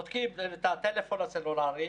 בודקים את הטלפון הסלולרי,